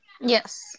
Yes